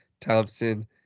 Thompson